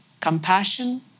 compassion